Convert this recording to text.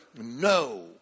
no